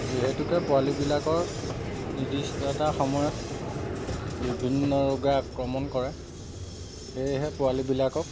যিহেতুকে পোৱালীবিলাকৰ নিৰ্দিষ্ট এটা সময়ত বিভিন্ন ৰোগে আক্ৰমণ কৰে সেয়েহে পোৱালীবিলাকক